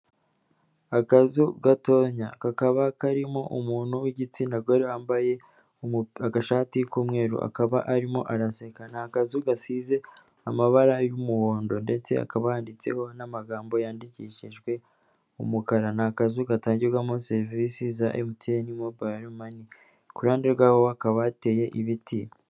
Akazu gatoya, kakaba karimo umuntu w'igitsina gore wambaye agashati k'umweru, akaba arimo araseka. Ni akazu gasize amabara y'umuhondo ndetse hakaba handitseho n'amagambo yandikishijwe umukara. Ni akazu gatangirwamo serivisi za MTN mobayiro mani. Ku ruhande rwaho hakaba hateye ibiti.